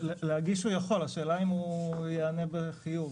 להגיש הוא יכול, השאלה אם הוא ייענה בחיוב.